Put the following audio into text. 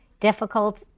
difficult